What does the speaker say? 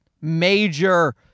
major